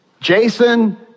Jason